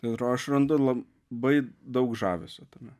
tai atrodo aš randu labai daug žavesio tame